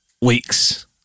week's